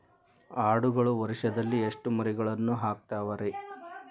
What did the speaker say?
ಆಡುಗಳು ವರುಷದಲ್ಲಿ ಎಷ್ಟು ಮರಿಗಳನ್ನು ಹಾಕ್ತಾವ ರೇ?